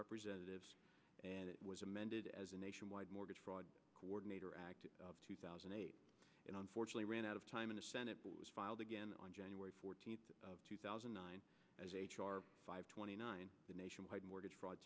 representatives and it was amended as a nationwide mortgage fraud coordinator act in two thousand and eight and unfortunately ran out of time in the senate was filed again on january fourteenth two thousand and nine as a five twenty nine nationwide mortgage fraud